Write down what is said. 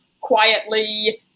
quietly